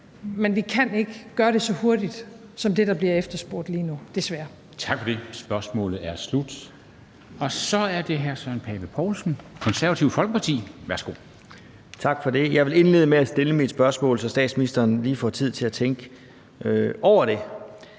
Men vi kan ikke gøre det så hurtigt som det, der bliver efterspurgt lige nu,